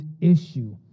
issue